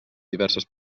diverses